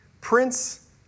Prince